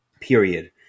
period